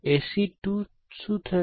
A C 2 શું થશે